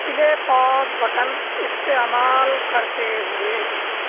پلے pause button استعمال کرتے ہوئے